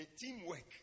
teamwork